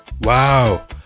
Wow